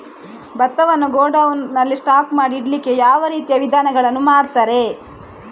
ಭತ್ತವನ್ನು ಗೋಡೌನ್ ನಲ್ಲಿ ಸ್ಟಾಕ್ ಮಾಡಿ ಇಡ್ಲಿಕ್ಕೆ ಯಾವ ರೀತಿಯ ವಿಧಾನಗಳನ್ನು ಮಾಡ್ತಾರೆ?